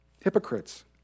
Hypocrites